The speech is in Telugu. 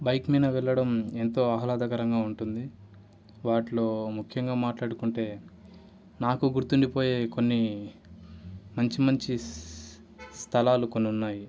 బైక్ మీద వెళ్ళడం ఎంతో ఆహ్లాదకరంగా ఉంటుంది వాటిలో ముఖ్యంగా మాట్లాడుకుంటే నాకు గుర్తు ఉండిపోయే కొన్ని మంచి మంచి స్థలాలు కొన్ని ఉన్నాయి